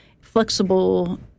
flexible